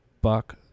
buck